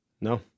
No